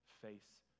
face